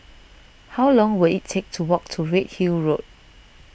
how long will it take to walk to Redhill Road